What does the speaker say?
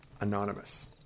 anonymous